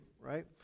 right